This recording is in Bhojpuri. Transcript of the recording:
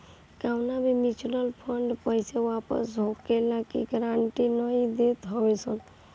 कवनो भी मिचुअल फंड पईसा वापस होखला के गारंटी नाइ देत हवे सन